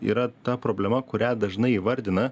yra ta problema kurią dažnai įvardina